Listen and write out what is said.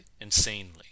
insanely